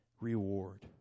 reward